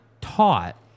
taught